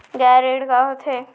गैर ऋण का होथे?